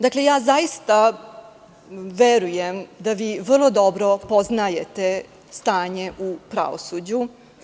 Dakle, zaista verujem da vi vrlo dobro poznajete stanje u pravosuđu.